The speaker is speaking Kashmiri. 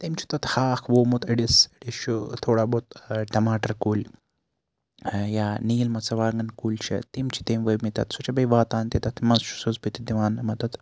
امۍ چھُ تَتھ ہاکھ وومُت أڑِس أڑس چھِ تھوڑا بہت ٹَماٹَر کُلۍ یا نیٖل مَرژٕوانٛگَن کُلۍ چھِ تِم چھِ تمۍ ؤومٕتۍ تَتھ سُہ چھِ بیٚیہِ واتان تہِ تَتھ مَزٕ چھُس بہٕ تہِ دِوان مَدَد